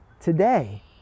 today